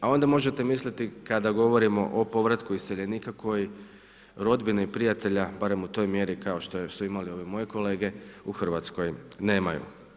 A onda možete misliti, kada govorimo o povratku iseljenika koji rodbine i prijatelja, barem u toj mjeri kao što su imali ovi moji kolege u Hrvatskoj nemaju.